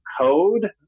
code